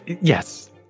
Yes